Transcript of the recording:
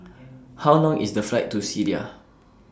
How Long IS The Flight to Syria